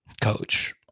coach